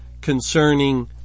concerning